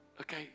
Okay